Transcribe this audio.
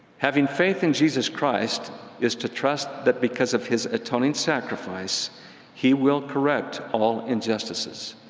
having faith in jesus christ is to trust that because of his atoning sacrifice he will correct all injustices,